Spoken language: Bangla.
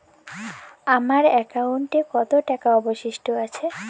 আমার একাউন্টে কত টাকা অবশিষ্ট আছে?